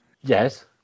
Yes